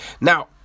Now